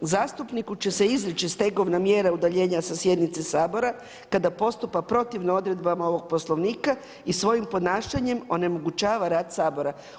Zastupniku će se izreći stegovna mjera udaljenja sa sjednice Sabora kada postupa protivno odredbama ovog Poslovnika i svojim ponašanjem onemogućava rad Sabora.